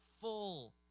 full